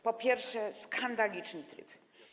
Po pierwsze, skandaliczny tryb.